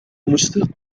مشتاق